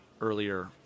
earlier